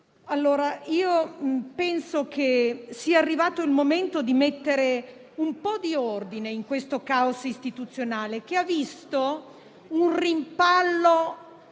Penso che sia arrivato il momento di mettere un po' di ordine in questo caos istituzionale, che ha visto un rimpallo